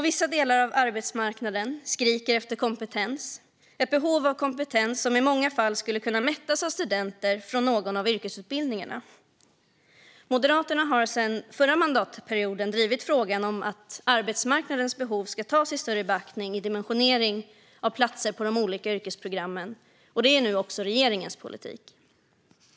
Vissa delar av arbetsmarknaden skriker efter kompetens - ett behov av kompetens som i många fall skulle kunna mättas av studenter från någon av yrkesutbildningarna. Moderaterna har sedan förra mandatperioden drivit frågan om att arbetsmarknadens behov ska tas i större beaktning i dimensioneringen av platser på de olika yrkesprogrammen, och det är nu också regeringens politik.